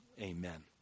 Amen